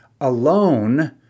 alone